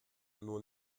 nur